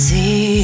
See